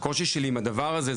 הקושי שלי עם הדבר הזה,